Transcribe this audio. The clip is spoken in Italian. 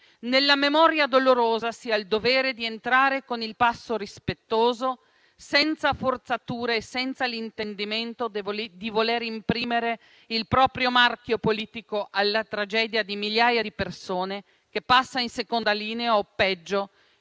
Nella memoria dolorosa si ha il dovere di entrare con il passo rispettoso, senza forzature e senza l'intendimento di voler imprimere il proprio marchio politico alla tragedia di migliaia di persone, che passa in seconda linea o, peggio,